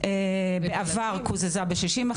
זה הרבה שנים.